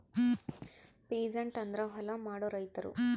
peasant ಅಂದ್ರ ಹೊಲ ಮಾಡೋ ರೈತರು